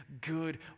good